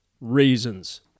reasons